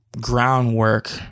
groundwork